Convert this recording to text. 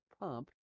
pump